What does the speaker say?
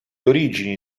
origini